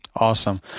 Awesome